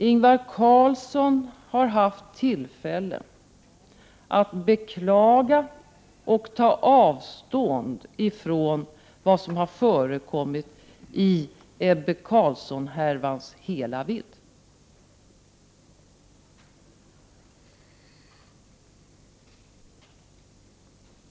Ingvar Carlsson har haft tillfällen att beklaga och ta avstånd från vad som har förekommit i Ebbe Carlsson-härvans hela vidd.